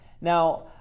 Now